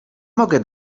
mogę